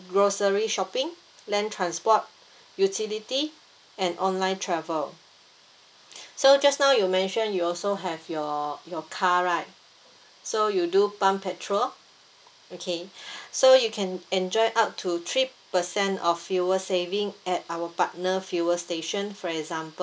grocery shopping land transport utility and online travel so just now you mention you also have your your car right so you do pump petrol okay so you can enjoy up to three percent of fuel saving at our partner fuel station for example